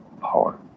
power